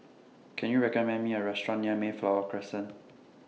Can YOU recommend Me A Restaurant near Mayflower Crescent